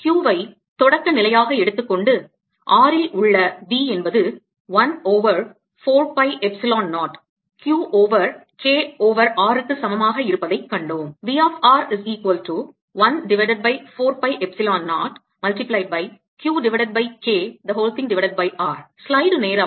Q வை தொடக்க நிலையாக எடுத்துக் கொண்டு r இல் உள்ள V என்பது 1 over 4 pi epsilon 0 Q over K over r க்கு சமமாக இருப்பதைக் கண்டோம்